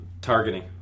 Targeting